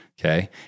okay